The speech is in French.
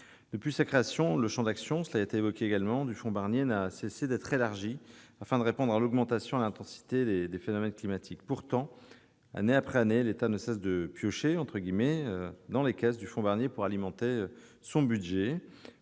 Depuis sa création, le champ d'intervention du fonds Barnier n'a cessé de s'élargir, afin de répondre à l'augmentation de la fréquence et de l'intensité des phénomènes climatiques. Pourtant, année après année, l'État ne cesse de « piocher » dans les caisses de ce fonds pour alimenter son budget.